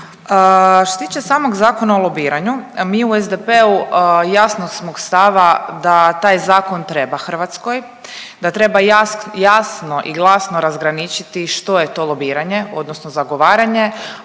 Što se tiče samog Zakona o lobiranju, mi u SDP-u jasnog smo stava da taj zakon treba Hrvatskoj, da treba jasno i glasno razgraničiti što je to lobiranje odnosno zagovaranje,